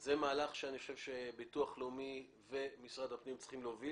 זה מהלך שאני חושב שהביטוח הלאומי ומשרד הפנים צריכים להוביל,